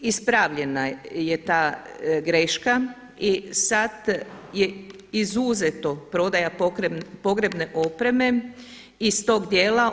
Ispravljena je ta greška i sad je izuzeto prodaja pogrebne opreme iz tog dijela.